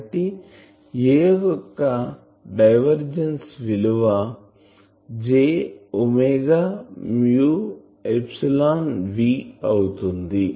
కాబట్టి A యొక్క divergence విలువ minus j V Jwµ V అవుతుంది